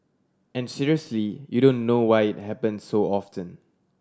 and seriously you don't know why it happen so often